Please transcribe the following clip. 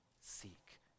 seek